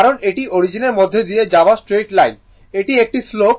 কারণ এটি অরিজিনের মধ্য দিয়ে যাওয়া স্ট্রেইট লাইন এটি একটি স্লোপ 5 T4 tdt